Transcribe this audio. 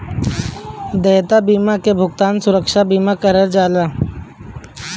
देयता बीमा के भुगतान सुरक्षा बीमा कहल जाला